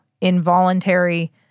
involuntary –